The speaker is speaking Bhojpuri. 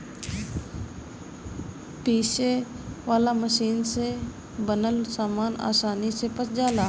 पीसे वाला मशीन से बनल सामान आसानी से पच जाला